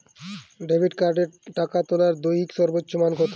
Debit কার্ডে টাকা তোলার দৈনিক সর্বোচ্চ মান কতো?